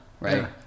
right